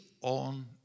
on